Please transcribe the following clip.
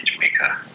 maker